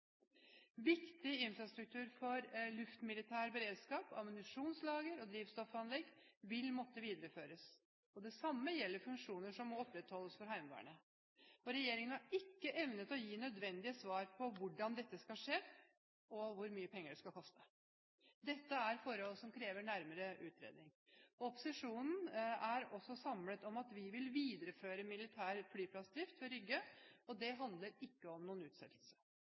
Viktig infrastruktur for luftmilitær beredskap, ammunisjonslager og drivstoffanlegg vil måtte videreføres. Det samme gjelder funksjoner som må opprettholdes for Heimevernet. Regjeringen har ikke evnet å gi nødvendige svar på hvordan dette skal skje, og hvor mye penger det skal koste. Dette er forhold som krever nærmere utredning. Opposisjonen er også samlet om at vi vil videreføre militær flyplassdrift ved Rygge, og det handler ikke om noen utsettelse.